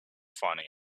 finding